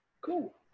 Cool